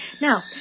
Now